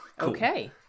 Okay